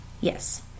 Yes